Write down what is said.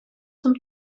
zum